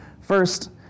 First